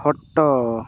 ଖଟ